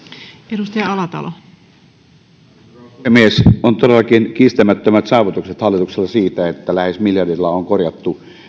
arvoisa rouva puhemies on todellakin kiistämättömät saavutukset hallituksella siinä että lähes miljardilla on korjattu